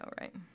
right